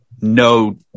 no